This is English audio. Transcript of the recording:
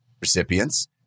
recipients